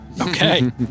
Okay